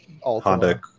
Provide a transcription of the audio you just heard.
Honda